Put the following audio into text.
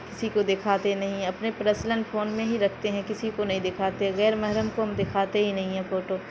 کسی کو دکھاتے نہیں ہیں اپنے پرسنل فون میں ہی رکھتے ہیں کسی کو نہیں دکھاتے غیر محرم کو ہم دکھاتے ہی نہیں ہیں فوٹو